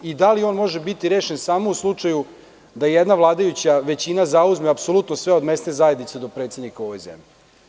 Da li on može biti rešen samo u slučaju da jedna vladajuća većina zauzme apsolutno sve od mesne zajednice do predsednika u ovoj zemlji?